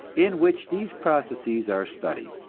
in which these processes are studied.